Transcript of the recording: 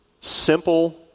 simple